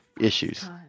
issues